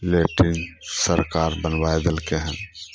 latrine सरकार बनबाय देलकय हन